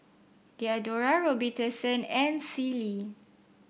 Diadora Robitussin and Sealy